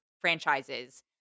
franchises